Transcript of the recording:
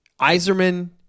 Iserman